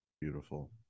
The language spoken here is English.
Beautiful